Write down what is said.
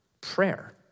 prayer